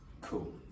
cool